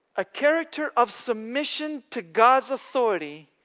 a character of submission to god s authority,